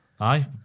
Aye